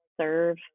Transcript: serve